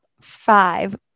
five